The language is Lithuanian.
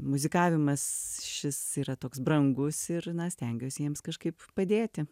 muzikavimas šis yra toks brangus ir na stengiuosi jiems kažkaip padėti